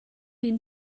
mean